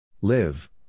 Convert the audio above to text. Live